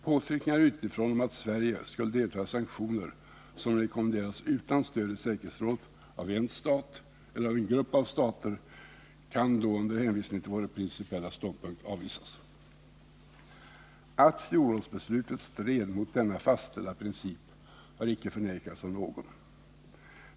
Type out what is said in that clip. Påtryckningar utifrån om att Sverige skulle delta i sanktioner som rekommenderas, utan stöd i säkerhetsrådet, av en stat eller en grupp av stater kan under hänvisning till våra principiella ståndpunkter avvisas. Att fjolårsbeslutet stred mot denna fastställda princip har icke förnekats av någon.